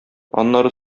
аннары